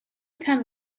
tent